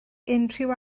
unrhyw